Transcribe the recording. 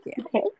Okay